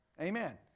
Amen